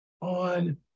on